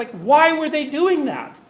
like why were they doing that?